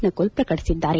ನಕುಲ್ ಪ್ರಕಟಿಸಿದ್ದಾರೆ